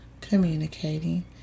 communicating